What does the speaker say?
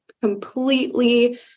completely